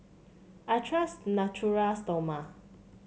I trust Natura Stoma